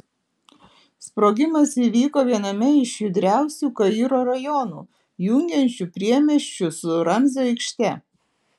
sprogimas įvyko viename iš judriausių kairo rajonų jungiančių priemiesčius su ramzio aikšte